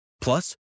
Plus